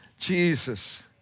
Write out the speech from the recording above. Jesus